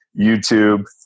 YouTube